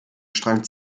strang